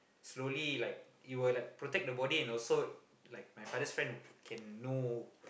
slowly like it will like protect the body and also like my father's friend can know